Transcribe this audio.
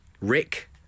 Rick